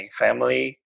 family